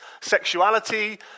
sexuality